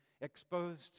exposed